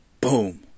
boom